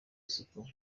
isuku